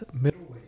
middleweight